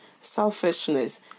selfishness